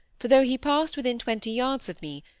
for though he passed within twenty yards of me,